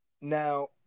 Now